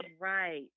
Right